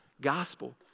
gospel